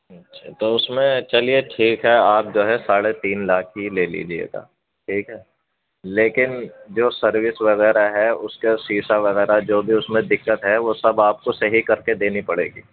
اچھا تو اس میں چلیے ٹھیک ہے آپ جو ہے ساڑھے تین لاکھ ہی لے لیجیے گا ٹھیک ہے لیکن جو سروس وغیرہ ہے اس کا سیسہ وغیرہ جو بھی اس میں دقت ہے وہ سب آپ کو صحیح کر کے دینی پڑے گی